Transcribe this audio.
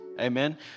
Amen